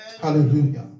hallelujah